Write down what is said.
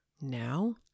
Now